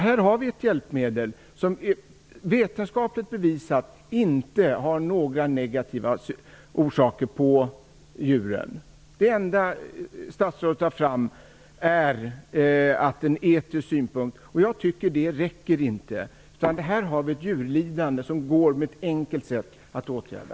Här finns ett hjälpmedel som vetenskapligt bevisat inte har några negativa effekter på djuren. Det enda som statsrådet anför är en etisk synpunkt, och jag tycker inte att det räcker. Här har vi ett djurlidande som på ett enkelt sätt går att åtgärda.